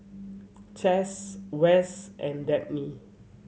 Chaz Wes and Dabney